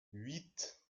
huit